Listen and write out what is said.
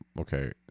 Okay